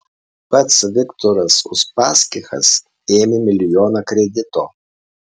pats viktoras uspaskichas ėmė milijoną kredito